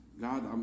God